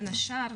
בין השאר,